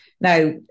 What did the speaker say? Now